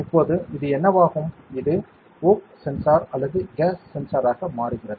இப்போது இது என்னவாகும் இது வோக் சென்சார் அல்லது கேஸ் சென்சார் ஆக மாறுகிறது